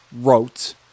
wrote